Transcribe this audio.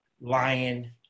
lion